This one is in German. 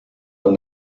man